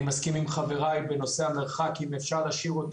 אני מסכים עם חבריי בנושא המרחק, שאפשר להשאיר את